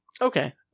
Okay